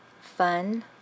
Fun